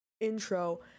intro